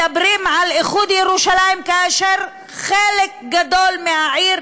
מדברים על איחוד ירושלים כאשר חלק גדול מהעיר,